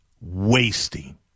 wasting